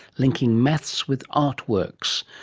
linking maths with artworks.